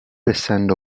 essendo